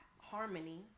Harmony